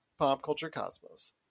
popculturecosmos